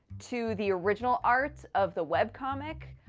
to the original art of the webcomic.